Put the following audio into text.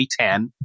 2010